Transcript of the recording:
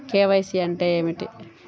KYC అంటే ఏమి?